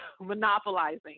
monopolizing